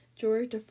George